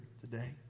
today